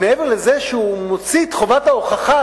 מעבר לזה שהוא מוציא את חובת ההוכחה